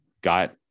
got